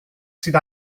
sydd